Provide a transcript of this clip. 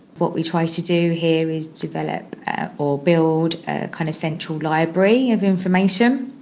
what we try to do here is develop or build a kind of central library of information,